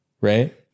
right